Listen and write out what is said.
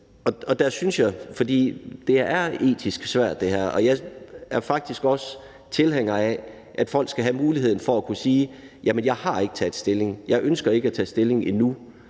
tage stilling. Det her er etisk svært, og jeg er faktisk tilhænger af, at folk skal have muligheden for at kunne sige, at man ikke har taget stilling, at man ikke ønsker at tage stilling endnu,